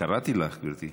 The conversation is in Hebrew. קראתי לך, גברתי.